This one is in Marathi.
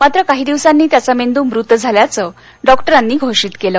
मात्र काही दिवसांनी त्याचा मेंदू मृत झाल्याचं डॉक्टरांनी घोषित केलं